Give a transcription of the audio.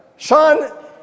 Sean